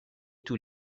tous